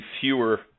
fewer